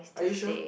are you sure